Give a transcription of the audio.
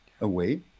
away